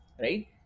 right